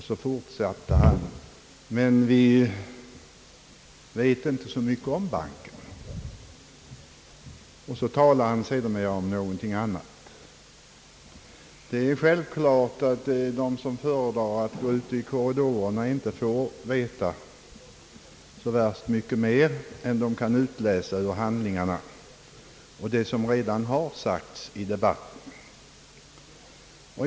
Han fortsatte: »Men vi vet inte så mycket om banken», och så talade han sedan om någonting annat. Det är självklart att de som föredrar att gå ut i korridorerna inte får veta så värst mycket mer än de kan utläsa ur handlingarna och som framgår av vad som redan har sagts i debatten.